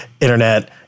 internet